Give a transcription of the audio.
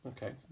Okay